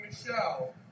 Michelle